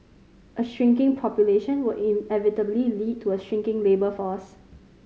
a shrinking population will inevitably lead to a shrinking labour force